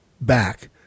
back